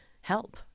help